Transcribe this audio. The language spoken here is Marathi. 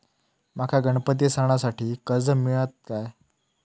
माका गणपती सणासाठी कर्ज मिळत काय?